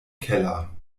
keller